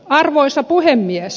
arvoisa puhemies